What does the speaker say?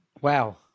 Wow